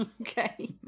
Okay